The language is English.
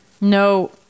No